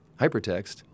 hypertext